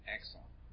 Excellent